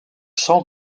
sans